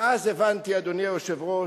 ואז הבנתי, אדוני היושב-ראש,